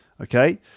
okay